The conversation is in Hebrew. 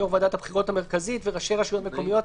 יו"ר ועדת הבחירות המרכזית וראשי רשויות מקומיות,